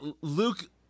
Luke